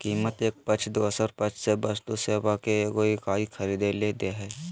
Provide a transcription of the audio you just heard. कीमत एक पक्ष दोसर पक्ष से वस्तु सेवा के एगो इकाई खरीदय ले दे हइ